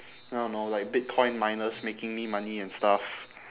I don't know like bitcoin miners making me money and stuff